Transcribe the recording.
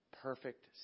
Perfect